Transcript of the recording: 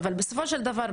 אבל בסופו של דבר,